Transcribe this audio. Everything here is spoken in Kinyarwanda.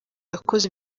yakoze